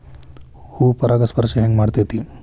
ಹೂ ಪರಾಗಸ್ಪರ್ಶ ಹೆಂಗ್ ಮಾಡ್ತೆತಿ?